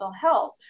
health